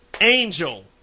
Angel